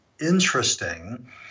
interesting